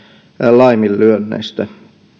laiminlyönneistä